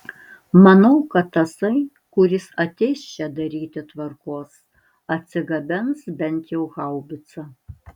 manau kad tasai kuris ateis čia daryti tvarkos atsigabens bent jau haubicą